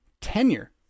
tenure